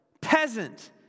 peasant